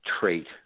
trait